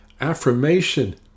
affirmation